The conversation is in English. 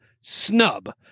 snub